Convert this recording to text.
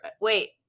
Wait